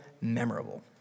memorable